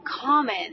common